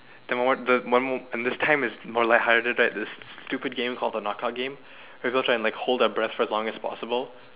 then w~ the one more and this time is more like harder right there's this stupid game called the game it goes like hold your breath for as long as possible